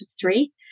three